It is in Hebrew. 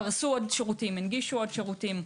פרסו עוד שירותים, הנגישו עוד שירותים.